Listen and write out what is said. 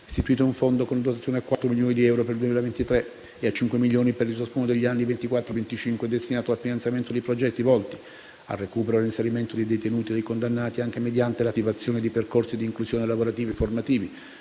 istituito un Fondo, con una dotazione pari a 4 milioni di euro per l'anno 2023 e a 5 milioni di euro per ciascuno degli anni 2024 e 2025, destinato al finanziamento di progetti volti: a) al recupero e al reinserimento dei detenuti e dei condannati, anche mediante l'attivazione di percorsi di inclusione lavorativi e formativi,